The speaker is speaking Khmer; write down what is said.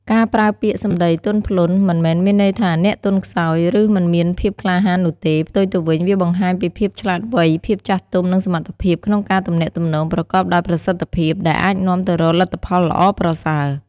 ការប្រើពាក្យសម្ដីទន់ភ្លន់ មិនមែនមានន័យថាអ្នកទន់ខ្សោយ ឬមិនមានភាពក្លាហាននោះទេ ផ្ទុយទៅវិញ វាបង្ហាញពីភាពឆ្លាតវៃ ភាពចាស់ទុំ និងសមត្ថភាពក្នុងការទំនាក់ទំនងប្រកបដោយប្រសិទ្ធភាព ដែលអាចនាំទៅរកលទ្ធផលល្អប្រសើរ។